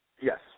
Yes